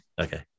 Okay